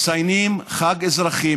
מציינים חג אזרחי,